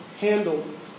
handled